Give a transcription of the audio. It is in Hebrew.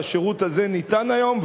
והשירות הזה ניתן היום,